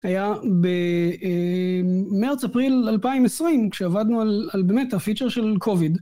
היה במרץ-אפריל 2020, כשעבדנו על באמת הפיצ'ר של קוביד.